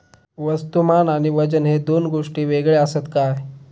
वस्तुमान आणि वजन हे दोन गोष्टी वेगळे आसत काय?